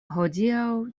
hodiaŭ